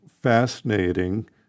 fascinating